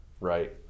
right